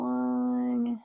one